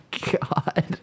god